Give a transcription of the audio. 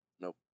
Nope